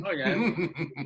Okay